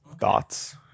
Thoughts